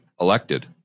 elected